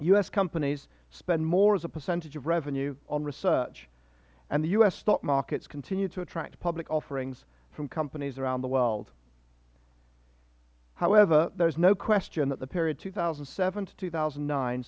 s companies spend more as a percentage of revenue on research and the u s stock markets continue to attract public offerings from companies around the world however there is no question that the period two thousand and seven to two thousand